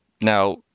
Now